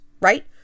right